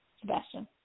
Sebastian